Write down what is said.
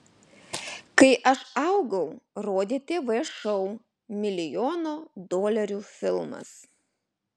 kai aš augau rodė tv šou milijono dolerių filmas